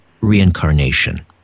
reincarnation